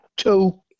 Two